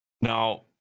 now